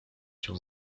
się